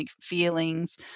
feelings